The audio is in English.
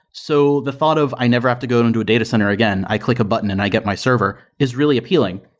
so the thought of, i never have to go to a data center again. i click a button and i get my server, is really appealing.